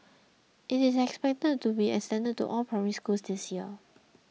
it is expected to be extended to all Primary Schools this year